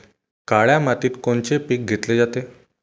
काळ्या मातीत कोनचे पिकं घेतले जाते?